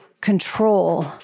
control